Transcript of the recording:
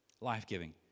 life-giving